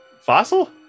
fossil